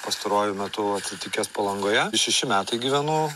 pastaruoju metu atsitikęs palangoje šeši metai gyvenu